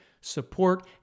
support